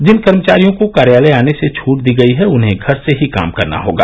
जिन कर्मचारियों को कार्यालय आने की छूट दी गई है उन्हें घर से ही काम करना होगा